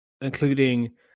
including